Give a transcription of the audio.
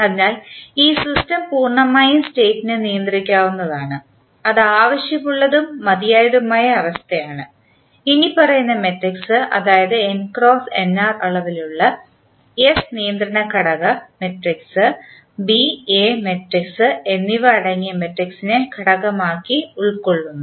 അതിനാൽ ഈ സിസ്റ്റം പൂർണ്ണമായും സ്റ്റേറ്റ് നു നിയന്ത്രിക്കാവുന്നതാണ് അത് ആവശ്യമായതും മതിയായതുമായ അവസ്ഥയാണ് ഇനിപ്പറയുന്ന മട്രിക്സ് അതായത് n × nr അളവുള്ള S നിയന്ത്രണ ഘടക മട്രിക്സ് B A മട്രിക്സ് എന്നിവ അടങ്ങിയ മട്രിക്സിനെ ഘടകമായി ഉൾക്കൊള്ളുന്നു